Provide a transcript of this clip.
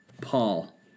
Paul